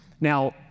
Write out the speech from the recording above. Now